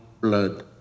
blood